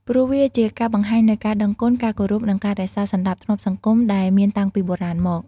ព្រោះវាជាការបង្ហាញនូវការដឹងគុណ ការគោរព និងការរក្សាសណ្តាប់ធ្នាប់សង្គមដែលមានតាំងពីបុរាណមក។